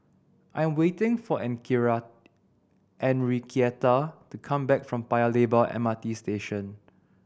I am waiting for Enriqueta to come back from Paya Lebar M R T Station